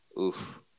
Oof